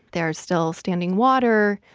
there's still standing water.